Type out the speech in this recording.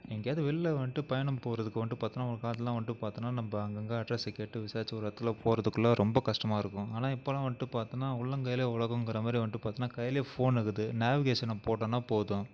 எங்கேயாவது வெளியில் வந்துட்டு பயணம் போகிறதுக்கு வந்துட்டு பார்த்தீனா ஒரு காலத்துலெல்லாம் வந்ட்டு பார்த்தீனா நம்ம அங்கங்கே அட்ரெஸ்ஸு கேட்டு விசாரித்து ஒரு இடத்துல போகிறதுக்குள்ள ரொம்ப கஷ்டமாக இருக்கும் ஆனால் இப்பெல்லாம் வந்துட்டு பார்த்தீனா உள்ளங்கையிலே உலகங்கற மாதிரி வந்துட்டு பார்த்தீனா கையிலேயே ஃபோனிருக்குது நேவிகேசனை போட்டோன்னால் போதும்